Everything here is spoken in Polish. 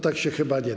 Tak się chyba nie da.